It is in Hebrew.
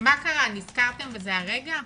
מה קרה, נזכרתם בזה הרגע?